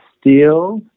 steel